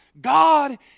God